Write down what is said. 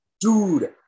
Dude